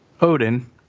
Odin